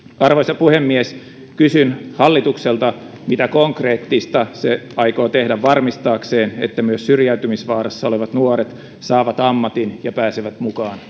arvoisa puhemies kysyn hallitukselta mitä konkreettista se aikoo tehdä varmistaakseen että myös syrjäytymisvaarassa olevat nuoret saavat ammatin ja pääsevät mukaan